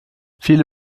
viele